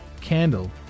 candle